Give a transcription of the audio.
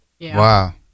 Wow